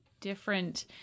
different